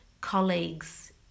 colleagues